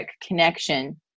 connection